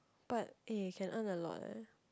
but eh can earn a lot eh